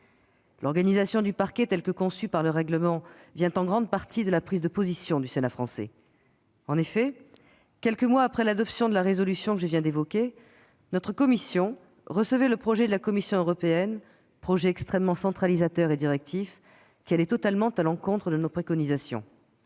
L'organisation du Parquet telle qu'elle est conçue par le règlement vient en grande partie de la prise de position du Sénat français. En effet, quelques mois après l'adoption de la résolution que je viens d'évoquer, notre commission recevait le projet de la Commission européenne, projet extrêmement centralisateur et directif, qui allait totalement à l'encontre de nos préconisations.